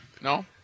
No